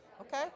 Okay